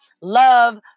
love